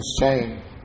change